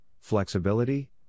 flexibility